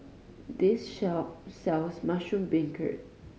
this shop sells mushroom beancurd